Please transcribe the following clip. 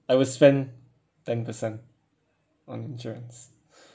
I will spend ten percent on insurance